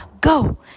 Go